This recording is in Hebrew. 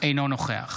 אינו נוכח